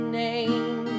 name